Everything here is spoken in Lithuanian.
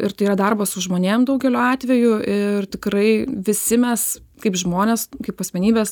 ir tai yra darbas su žmonėm daugeliu atveju ir tikrai visi mes kaip žmonės kaip asmenybės